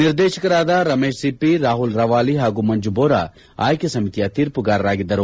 ನಿರ್ದೇಶಕರಾದ ರಮೇಶ್ ಸಿಪ್ಲಿ ರಾಹುಲ್ ರವಾಲಿ ಹಾಗೂ ಮಂಜು ಬೋರಾ ಆಯ್ನೆ ಸಮಿತಿಯ ತೀರ್ಮಗಾರರಾಗಿದ್ದರು